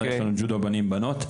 בנים בנות.